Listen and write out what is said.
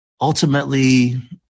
ultimately